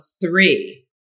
three